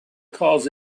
calls